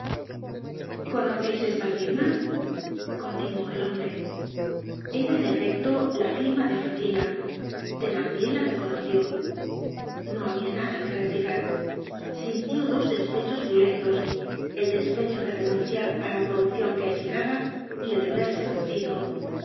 conoceis esta firma continuó el hombre era en efecto la firma de fantina thenardier la reconoció no habia nada que replicar sintió dos despechos violentos el despecho de renunciar á la corrupcion que esperaba y el de verse vencido